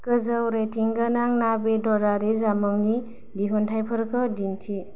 गोजौ रेटिंगोनां ना बेदरारि जामुंनि दिहुनथाइफोरखौ दिन्थि